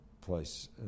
place